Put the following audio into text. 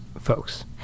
folks